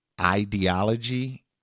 ideology